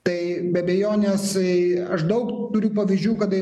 tai be abejonės aš daug turiu pavyzdžių kada